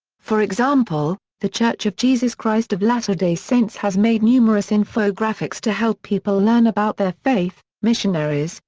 for example, the church of jesus christ of latter-day saints has made numerous infographics to help people learn about their faith, missionaries,